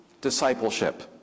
discipleship